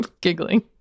giggling